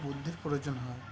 বুদ্ধির প্রয়োজন হয়